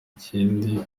ikindi